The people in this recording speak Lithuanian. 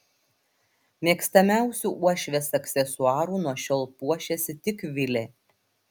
mėgstamiausiu uošvės aksesuaru nuo šiol puošiasi tik vilė